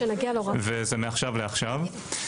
זה מעכשיו לעכשיו.